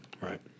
right